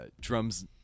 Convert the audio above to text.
drums